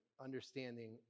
understanding